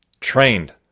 trained